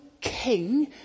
king